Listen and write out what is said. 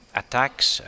attacks